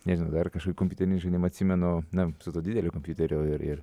nežinau dar kažkokį kompiuterinį žaidimą atsimenu na su tuo dideliu kompiuteriu ir ir